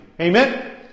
Amen